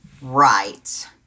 Right